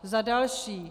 Za další.